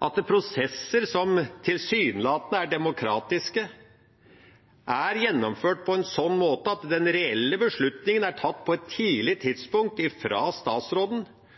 at prosesser som tilsynelatende er demokratiske, er gjennomført på en slik måte at den reelle beslutningen er tatt på et tidlig